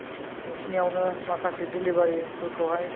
नोंसिनियावनो माखासे डेलिबारिफोरखौहाय